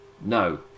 No